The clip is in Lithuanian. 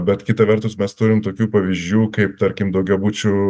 bet kita vertus mes turim tokių pavyzdžių kaip tarkim daugiabučių